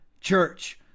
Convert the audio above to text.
church